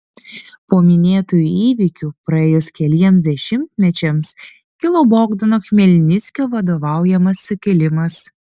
po minėtųjų įvykių praėjus keliems dešimtmečiams kilo bogdano chmelnickio vadovaujamas sukilimas